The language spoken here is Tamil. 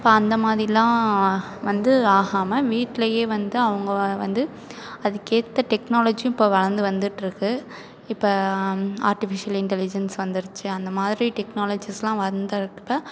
அப்போ அந்தமாதிரிலாம் வந்து ஆகாமல் வீட்லேயே வந்து அவங்க வந்து அதுக்கேற்ற டெக்னாலஜி இப்போது வளர்ந்து வந்துகிட்டுருக்கு இப்போ ஆர்டிபீஷியல் இன்டெலிஜென்ஸ் வந்துடுச்சி அந்தமாதிரி டெக்னாலஜிஸ்லாம் வந்ததுக்கப்பற